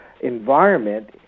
environment